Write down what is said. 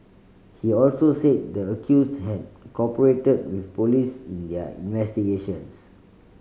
he also said the accused had cooperated with police in their investigations